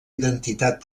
identitat